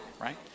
right